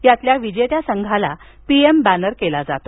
यातील विजेत्या संघाला पीएम बॅनर केला जातो